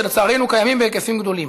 שלצערנו קיימים בהיקפים גדולים.